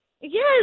Yes